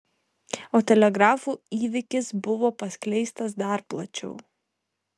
o telegrafu įvykis buvo paskleistas dar plačiau